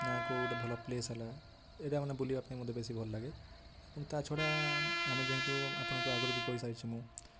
ନା କୋଉ ଗୋଟେ ଭଲ ପ୍ଲେସ୍ ହେଲା ଏଇଟା ମାନେ ବୁଲିବା ପାଇଁ ମୋତେ ବେଶୀ ଭଲଲାଗେ ଏବଂ ତା ଛଡ଼ା ଆମେ ଯେହେତୁ ଆପଣଙ୍କୁ ଆଗରୁ ବି କହିସାରିଛି ମୁଁ